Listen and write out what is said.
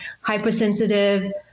hypersensitive